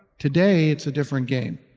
today it's a different game.